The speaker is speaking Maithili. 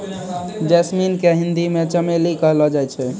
जैस्मिन के हिंदी मे चमेली कहलो जाय छै